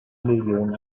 million